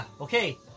Okay